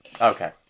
Okay